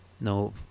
no